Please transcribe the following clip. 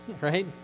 right